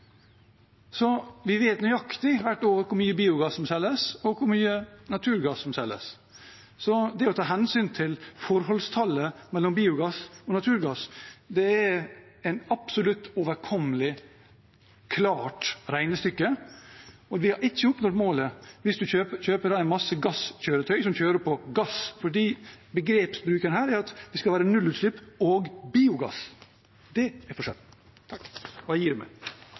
Vi vet nøyaktig hvert år hvor mye biogass som selges, og hvor mye naturgass som selges. Så det å ta hensyn til forholdstallet mellom biogass og naturgass er et absolutt overkommelig og klart regnestykke, og vi har ikke oppnådd målet hvis man kjøper en masse gasskjøretøy som kjører på gass. For begrepsbruken er at det skal være nullutslipp og biogass. Det er forskjellen. Dette ble for interessant til å la være å delta i – beklager det.